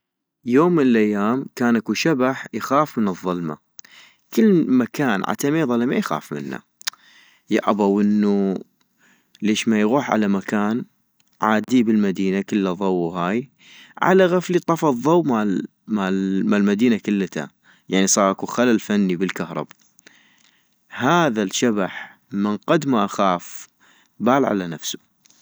يوم من الايام كان اكو شبح يخاف من الظلمة ، كل مكان عتمي ضلمي يخاف منا ، يابا وانو ليش ما يغوح لمكان عادي بالمدينة كلا ضو وهاي ، على غفلي طفى الضوء مال مدينة كلتا يعني صاغ اكو خلل غني بالكهرب هذا الشبح من قد ما خاف بال على نفسو